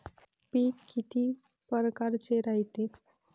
पिकं किती परकारचे रायते?